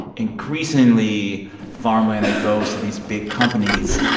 increasingly farmland that goes to these big companies,